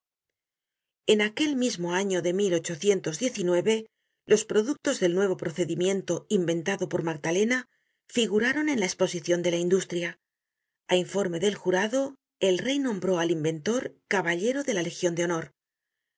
en aquel mismo año de los productos del nuevo procedimiento inventado por magdalena figuraron en la esposicion de la industria á informe del jurado el rey nombró al inventor caballero de la legion de honor